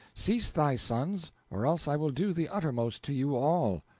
cease thy sons, or else i will do the uttermost to you all.